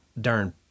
darn